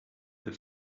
the